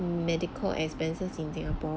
medical expenses in singapore